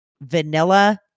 vanilla